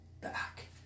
back